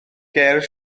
ger